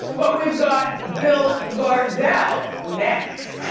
but we've got bill gardell next.